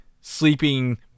sleeping